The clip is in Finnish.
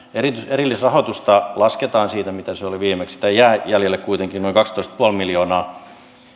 erillisrahoitusta lasketaan siitä mitä se oli viimeksi sitä jää jäljelle kuitenkin noin kaksitoista pilkku viisi miljoonaa